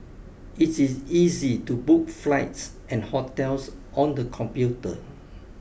it is easy to book flights and hotels on the computer